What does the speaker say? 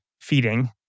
feeding